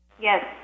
Yes